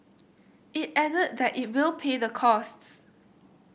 it added that it will pay the costs